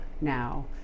now